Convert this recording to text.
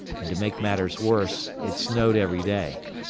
and to make matters worse, it snowed every day.